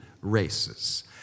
races